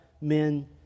men